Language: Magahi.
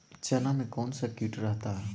चना में कौन सा किट रहता है?